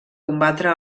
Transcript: combatre